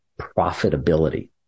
profitability